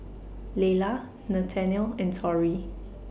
Lela Nathaniel and Torry